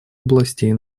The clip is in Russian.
областей